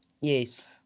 yes